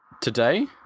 today